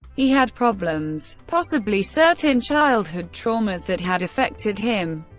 he had problems, possibly certain childhood traumas that had affected him.